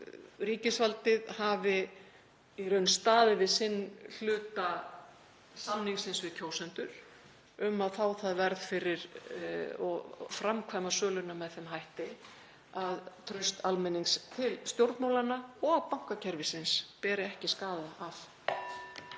ríkisvaldið hafi í raun staðið við sinn hluta samningsins við kjósendur um að fá það verð og framkvæma söluna með þeim hætti að traust almennings til stjórnmálanna og bankakerfisins beri ekki skaða af.